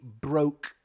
broke